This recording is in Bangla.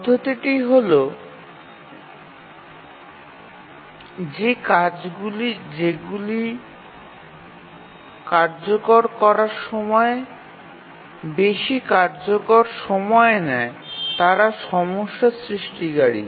পদ্ধতিটি হল যে কাজগুলি যেগুলি কার্যকর করার সময় বেশি কার্যকর সময় নেয় তারা সমস্যা সৃষ্টিকারী